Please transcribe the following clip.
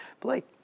Blake